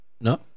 No